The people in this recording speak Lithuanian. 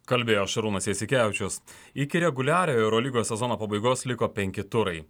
kalbėjo šarūnas jasikevičius iki reguliariojo eurolygos sezono pabaigos liko penki turai